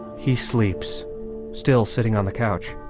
he sleeps still sitting on the couch.